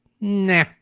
nah